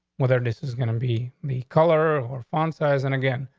whether this is gonna be the color or font size and again,